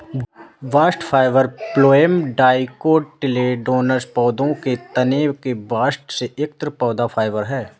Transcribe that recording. bast fibre phloem dicotyledonous पौधों के तने के बास्ट से एकत्र पौधा फाइबर है